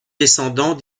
descendants